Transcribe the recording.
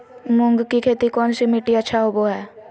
मूंग की खेती कौन सी मिट्टी अच्छा होबो हाय?